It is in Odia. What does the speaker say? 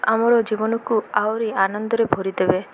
ଆମର ଜୀବନକୁ ଆହୁରି ଆନନ୍ଦରେ ଭରିଦେବେ